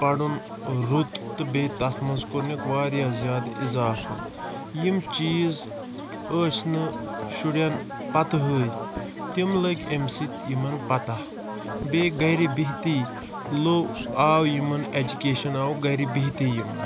پَرُن رُت تہِ بیٚیہ تَتھ منٛز کوٚر نکھ واریاہ زیادٕ اِظافہٕ یِم چیٖز ٲسۍ نہٕ شُرٮ۪ن پَتِہٕے تِم لٔگۍ امہِ سۭتۍ یِمَن پَتاہ بیٚیہِ گَرِ بِہتٕے لو آو یِمَن ایٚجُکیشَن آوُکھ گَرِ بِہتٕے یِمَن